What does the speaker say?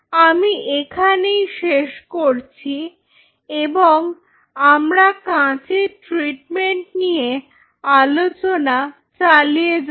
আমি এখানেই শেষ করছি এবং আমরা কাঁচের ট্রিটমেন্ট নিয়ে আলোচনা চালিয়ে যাব